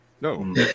no